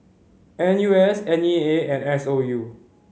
N U S N E A and S O U